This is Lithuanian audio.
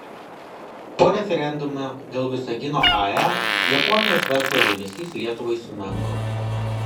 po referendumo dėl visagino ae japonijos verslo dėmesys lietuvai sumenko